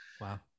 Wow